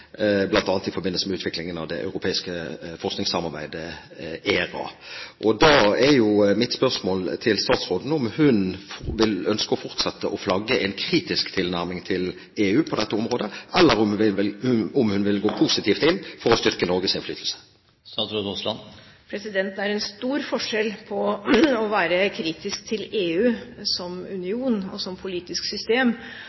i forbindelse med utviklingen av det europeiske forskningssamarbeidet ERA. Da er mitt spørsmål til statsråden: Ønsker hun å fortsette å flagge en kritisk tilnærming til EU på dette området, eller vil hun gå positivt inn for å styrke Norges innflytelse? Det er en stor forskjell på å være kritisk til EU som